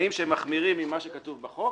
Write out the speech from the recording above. תנאים שהם מחמירים ממה שכתוב בחוק,